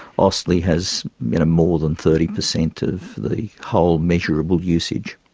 austlii has more than thirty percent of the whole measurable usage.